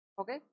okay